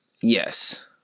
Yes